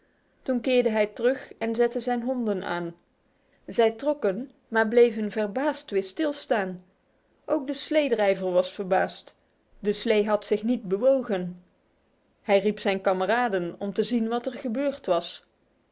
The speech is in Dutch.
toen keerde hij terug en zette zijn honden aan ij trokken maar bleven verbaasd weer stilstaan ok de sleedrijver was verbaasd de slee had zich niet bewogen hij riep zijn kameraden om te zien wat er gebeurd was